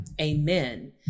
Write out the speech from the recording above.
amen